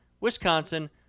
Wisconsin